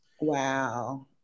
wow